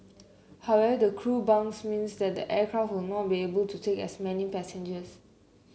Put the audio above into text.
however the crew bunks means that the aircraft will not be able to take as many passengers